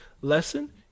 lesson